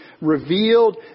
revealed